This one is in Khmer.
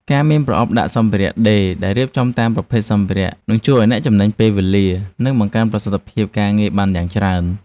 ការមានប្រអប់ដាក់សម្ភារៈដេរដែលរៀបចំតាមប្រភេទសម្ភារ: នឹងជួយឱ្យអ្នកចំណេញពេលវេលា និងបង្កើនប្រសិទ្ធភាពការងារបានយ៉ាងច្រើន។